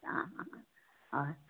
आ आ आ अय